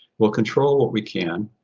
we'll control what we can,